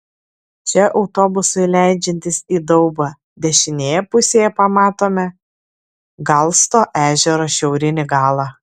čia autobusui leidžiantis į daubą dešinėje pusėje pamatome galsto ežero šiaurinį galą